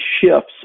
shifts